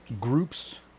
groups